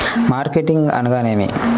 Marketing అనగానేమి?